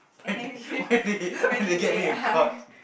when they when they when they get me in court